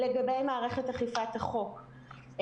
לגבי מערכת אכיפת החוק,